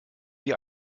wir